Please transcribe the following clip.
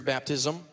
Baptism